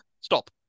Stop